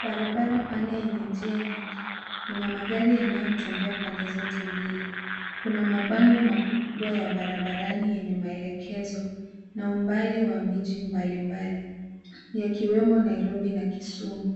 Barabara pana yenye njia nyingi, ina magari yanayotembea pande zote mbili. Kuna mabango makubwa ya barabarani yenye maelekezo na umbali wa miji mbalimbali, yakiwemo Nairobi na Kisumu.